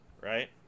Right